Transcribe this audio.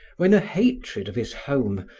when a hatred of his home,